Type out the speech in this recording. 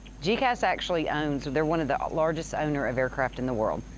gecas actually owns, they're one of the largest owner of aircraft in the world,